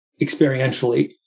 experientially